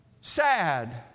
Sad